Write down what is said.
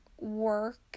work